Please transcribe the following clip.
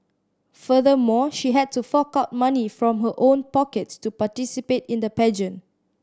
furthermore she had to fork out money from her own pockets to participate in the pageant